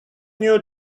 new